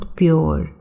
pure